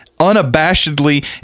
unabashedly